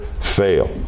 fail